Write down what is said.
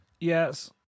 Yes